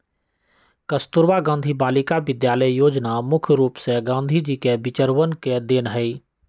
कस्तूरबा गांधी बालिका विद्यालय योजना मुख्य रूप से गांधी जी के विचरवन के देन हई